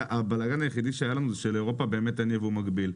הבלגן היחידי שהיה לנו זה שבאירופה אין יבוא מקביל.